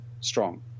strong